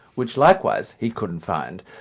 which likewise he couldn't find.